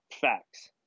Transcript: facts